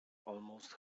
almost